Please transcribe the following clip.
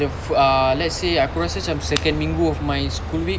the ah let's say aku rasa cam second minggu of my school week